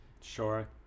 Sure